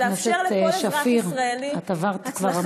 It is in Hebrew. של לאפשר לכל אזרח ישראלי הצלחה,